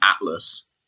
Atlas